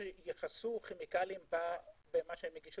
שיש מה לחשוב על הפרמטרים האלה וגם על קצב